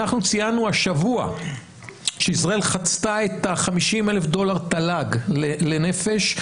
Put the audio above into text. ציינו השבוע שישראל חצתה את ה-50,000 דולר תל"ג לנפש.